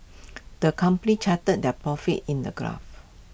the company charted their profits in the graph